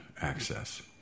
access